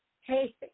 hey